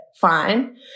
Fine